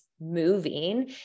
moving